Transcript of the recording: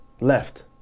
Left